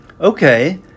Okay